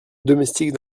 domestique